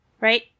Right